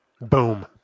Boom